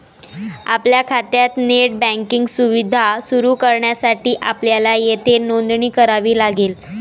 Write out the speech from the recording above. आपल्या खात्यात net banking सुविधा सुरू करण्यासाठी आपल्याला येथे नोंदणी करावी लागेल